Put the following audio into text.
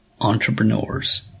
entrepreneurs